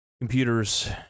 computers